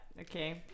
Okay